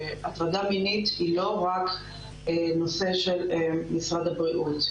הטרדה מינית היא לא רק נושא של משרד הבריאות.